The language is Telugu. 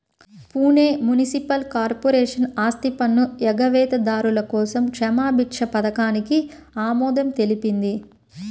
పూణె మునిసిపల్ కార్పొరేషన్ ఆస్తిపన్ను ఎగవేతదారుల కోసం క్షమాభిక్ష పథకానికి ఆమోదం తెలిపింది